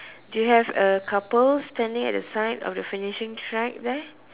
do you have a couple standing at the side of the finishing track there